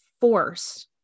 force